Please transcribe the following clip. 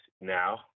now